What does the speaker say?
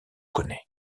connais